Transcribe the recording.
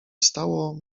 stało